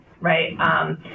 right